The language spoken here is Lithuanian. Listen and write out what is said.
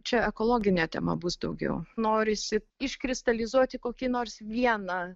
čia ekologinė tema bus daugiau norisi iškristalizuoti kokį nors vieną